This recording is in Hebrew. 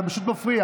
אתה פשוט מפריע.